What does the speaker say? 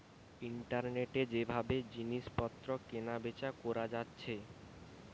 ইন্টারনেটে যে ভাবে জিনিস পত্র কেনা বেচা কোরা যাচ্ছে